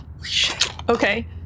Okay